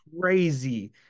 crazy